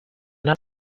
not